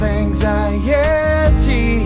anxiety